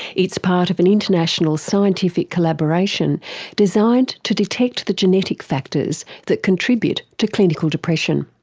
it's part of an international scientific collaboration designed to detect the genetic factors that contribute to clinical depression.